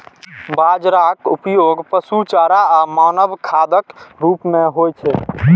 बाजराक उपयोग पशु चारा आ मानव खाद्यक रूप मे होइ छै